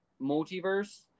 multiverse